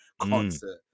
Concert